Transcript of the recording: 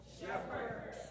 shepherd